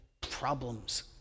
problems